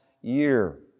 year